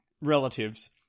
relatives